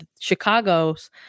Chicago's